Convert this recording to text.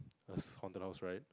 haunted house right